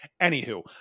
anywho